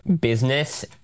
business